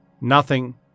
Nothing